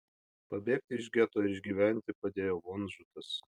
pabėgti iš geto ir išgyventi padėjo vonžutas